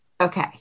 Okay